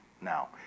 now